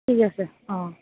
ঠিক আছে অঁ